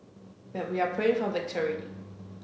but we are praying for victory